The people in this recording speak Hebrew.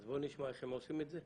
אז בואו נשמע איך הם עושים את זה.